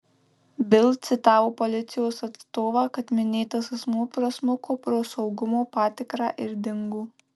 bild citavo policijos atstovą kad minėtas asmuo prasmuko pro saugumo patikrą ir dingo